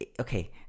Okay